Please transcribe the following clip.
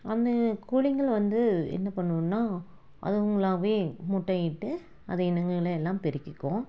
அந்த கோழிங்கள் வந்து என்ன பண்ணும்ன்னா அதுங்களாகவே முட்டை இட்டு அதை இனங்களை எல்லாம் பெருக்கிக்கும்